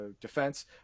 defense